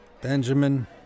Benjamin